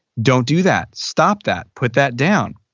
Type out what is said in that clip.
don't do that. stop that. put that down.